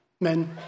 Men